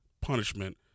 punishment